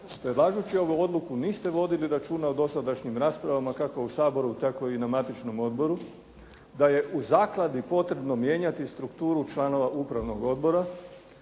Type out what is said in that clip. Predlažući ovu odluku niste vodili računa o dosadašnjim raspravama kako u Saboru tako i na matičnom odboru, da je u zakladi potrebno mijenjati strukturu članova upravnog odbora